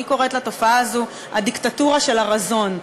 אני קוראת לתופעה הזאת "הדיקטטורה של הרזון".